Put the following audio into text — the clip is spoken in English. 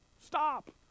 Stop